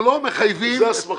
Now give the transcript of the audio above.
אנחנו לא מחייבים את הרשויות לעשות.